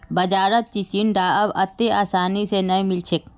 बाजारत चिचिण्डा अब अत्ते आसानी स नइ मिल छेक